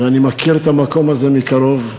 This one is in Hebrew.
ואני מכיר את המקום הזה מקרוב.